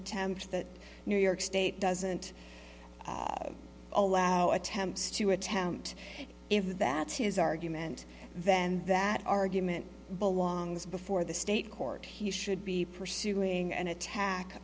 attempt the new york state doesn't allow attempts to attempt if that's his argument then that argument belongs before the state court he should be pursuing an attack